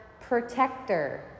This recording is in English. protector